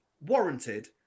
warranted